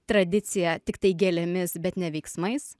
tradicija tiktai gėlėmis bet ne veiksmais